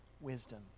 wisdom